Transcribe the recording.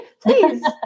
Please